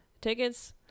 Tickets